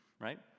right